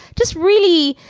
just really.